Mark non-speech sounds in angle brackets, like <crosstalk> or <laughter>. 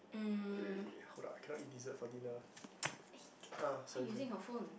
um <breath> <noise> eh why you using your phone